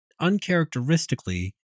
Uncharacteristically